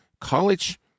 college